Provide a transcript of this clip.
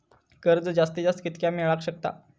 कर्ज जास्तीत जास्त कितक्या मेळाक शकता?